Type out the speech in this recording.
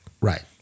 Right